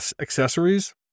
accessories